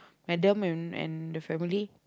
Madam and and the family